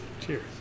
Cheers